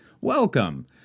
Welcome